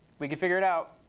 we can figure it out.